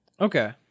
Okay